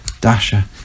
Dasha